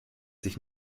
sich